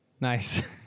Nice